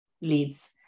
leads